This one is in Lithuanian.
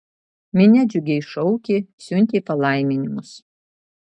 minia džiugiai šaukė siuntė palaiminimus